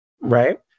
right